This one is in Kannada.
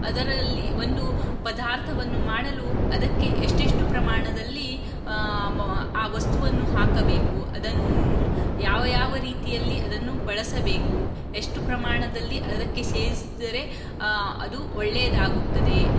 ಅದರಲ್ಲಿ ಒಂದು ಪದಾರ್ಥವನ್ನು ಮಾಡಲು ಅದಕ್ಕೆ ಎಷ್ಟೆಷ್ಟು ಪ್ರಮಾಣದಲ್ಲಿ ಆ ವಸ್ತುವನ್ನು ಹಾಕಬೇಕು ಅದನ್ನು ಯಾವ ಯಾವ ರೀತಿಯಲ್ಲಿ ಅದನ್ನು ಬಳಸಬೇಕು ಎಷ್ಟು ಪ್ರಮಾಣದಲ್ಲಿ ಅದಕ್ಕೆ ಸೇರಿಸಿದರೆ ಅದು ಒಳ್ಳೆಯದಾಗುತ್ತದೆ